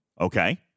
Okay